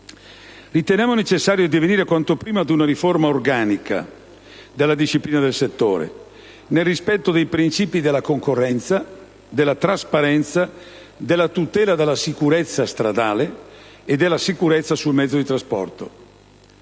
Riteniamo necessario addivenire quanto prima ad una riforma organica della disciplina del settore dell'autotrasporto, nel pieno rispetto dei principi della concorrenza, della trasparenza, della tutela della sicurezza stradale e della sicurezza sul mezzo di trasporto.